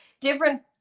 different